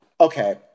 okay